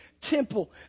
temple